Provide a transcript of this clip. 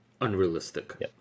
unrealistic